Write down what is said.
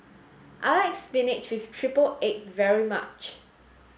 I like spinach with triple egg very much